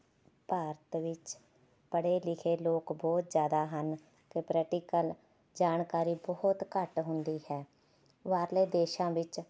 ਭਾਰਤ ਵਿੱਚ ਪੜ੍ਹੇ ਲਿਖੇ ਲੋਕ ਬਹੁਤ ਜ਼ਿਆਦਾ ਹਨ ਅਤੇ ਪਰੈਟੀਕਲ ਜਾਣਕਾਰੀ ਬਹੁਤ ਘੱਟ ਹੁੰਦੀ ਹੈ ਬਾਹਰਲੇ ਦੇਸ਼ਾਂ ਵਿੱਚ